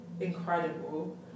incredible